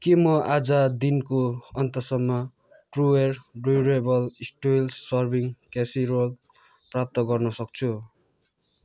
के म आज दिनको अन्त्यसम्ममा trueware durable steels serving casserole प्राप्त गर्न सक्छु